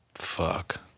fuck